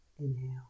Inhale